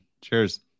Cheers